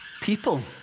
people